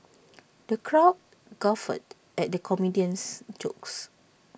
the crowd guffawed at the comedian's jokes